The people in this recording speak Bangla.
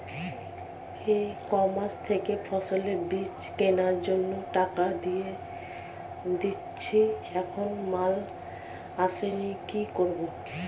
ই কমার্স থেকে ফসলের বীজ কেনার জন্য টাকা দিয়ে দিয়েছি এখনো মাল আসেনি কি করব?